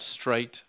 straight